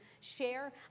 share